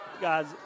Guys